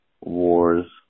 wars